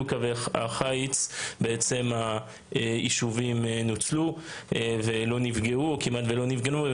קווי חיץ היישובים ניצלו וכמעט לא נפגעו.